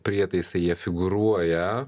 prietaisai jie figūruoja